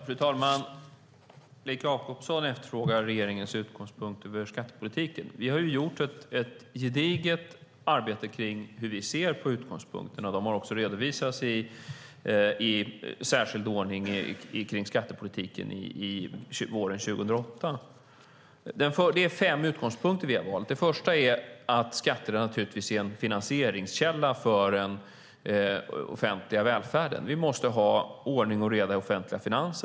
Fru talman! Leif Jakobsson efterfrågar regeringens utgångspunkter för skattepolitiken. Vi har ju gjort ett gediget arbete om hur vi ser på utgångspunkterna, och de har också när det gäller skattepolitiken redovisats i särskild ordning våren 2008. Det är fem utgångspunkter som vi har valt. Den första är skatterna naturligtvis är en finansieringskälla för den offentliga välfärden. Vi måste ha ordning och reda i offentliga finanser.